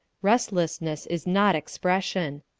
restlessness is not expression.